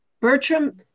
Bertram